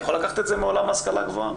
אני יכול לקחת את זה מעולם ההשכלה הגבוהה.